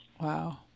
Wow